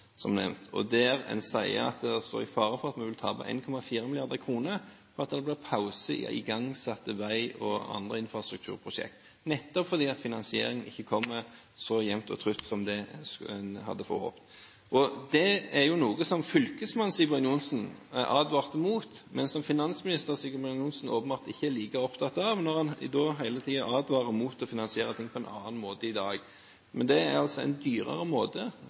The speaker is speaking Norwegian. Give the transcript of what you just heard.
Der sies det at det er fare for at vi vil tape 1,4 mrd. kr på at det blir pause i igangsatte veiprosjekter og andre infrastrukturprosjekter, nettopp fordi finansieringen ikke kommer så jevnt og trutt som det en hadde håpet. Det er noe som fylkesmann Sigbjørn Johnsen advarte mot, men som finansminister Sigbjørn Johnsen åpenbart ikke er like opptatt av, når han hele tiden advarer mot å finansiere ting på en annen måte i dag. Dette er altså en dyrere måte